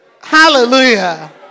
Hallelujah